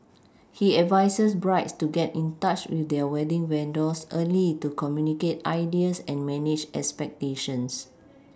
he advises brides to get in touch with their wedding vendors early to communicate ideas and manage expectations